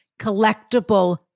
collectible